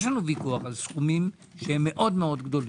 יש לנו ויכוח על סכומים שהם מאוד-מאוד גדולים.